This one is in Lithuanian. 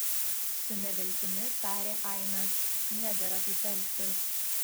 su neviltimi tarė ainas nedera taip elgtis